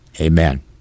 Amen